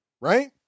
right